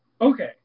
okay